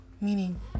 Meaning